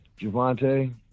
Javante